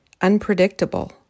unpredictable